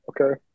Okay